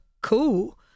cool